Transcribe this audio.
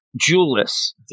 Julius